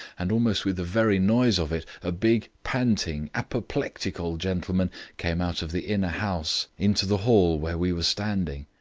and almost with the very noise of it, a big, panting apoplectic old gentleman came out of the inner house into the hall where we were standing.